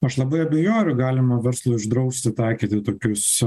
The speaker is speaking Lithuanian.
aš labai abejoju ar galima verslui uždrausti taikyti tokius